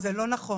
זה לא נכון.